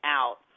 out